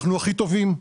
אנחנו הכי טובים,